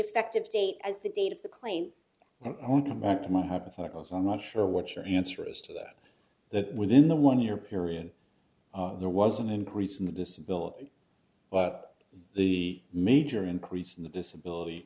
effective date as the date of the claim that my hypotheticals i'm not sure what your answer is to that that within the one year period there was an increase in the disability but the major increase in the disability